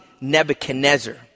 Nebuchadnezzar